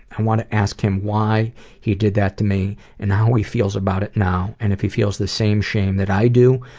and want to ask him why he did that to me and how he feels about it now, and if he feels the same shame that i do,